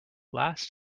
last